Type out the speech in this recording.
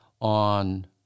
on